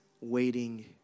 waiting